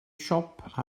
siop